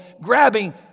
grabbing